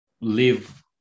live